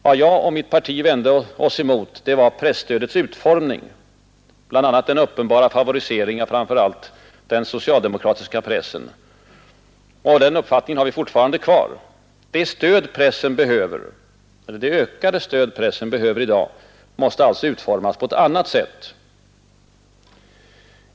Vad jag och mitt parti vände oss emot var presstödets utformning, bl.a. den uppenbara favoriseringen av framför allt den socialdemokratiska pressen. Och den uppfattningen har vi fortfarande kvar. Det ökade stöd pressen behöver i dag måste alltså utformas på ett annat sätt.